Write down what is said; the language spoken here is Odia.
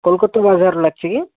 କୋଲକାତା ବଜାରରେ ଲାଗିଛି କି